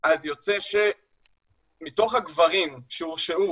יוצא שמתוך הגברים שהורשעו